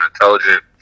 intelligent